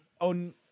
on